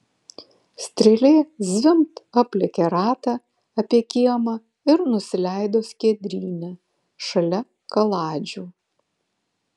strėlė zvimbt aplėkė ratą apie kiemą ir nusileido skiedryne šalia kaladžių